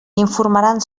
informaran